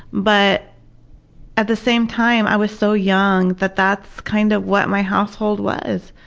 but at the same time, i was so young that that's kind of what my household was.